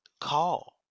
call